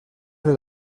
del